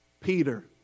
Peter